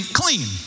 clean